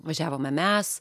važiavome mes